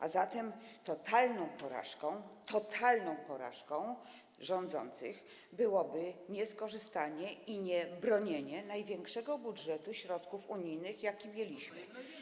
A zatem totalną porażką rządzących byłoby nieskorzystanie i niebronienie największego budżetu środków unijnych, jaki mieliśmy.